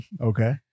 Okay